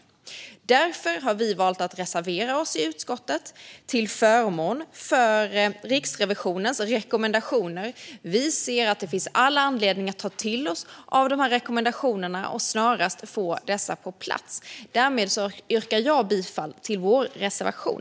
Därför har vi valt att reservera oss i utskottet till förmån för Riksrevisionens rekommendationer. Vi ser att det finns all anledning att ta till oss av dessa rekommendationer och snarast få dem på plats. Därmed yrkar jag bifall till vår reservation.